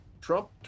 Trump